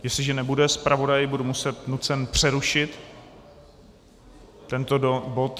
Jestliže nebude zpravodaj, budu nucen přerušit tento bod.